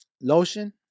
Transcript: Lotion